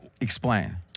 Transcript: explain